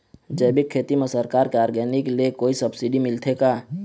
जैविक खेती म सरकार के ऑर्गेनिक ले कोई सब्सिडी मिलथे का?